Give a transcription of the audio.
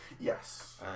yes